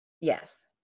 Yes